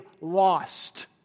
lost